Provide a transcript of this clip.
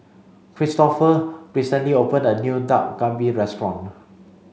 Kristoffer recently opened a new Dak Galbi restaurant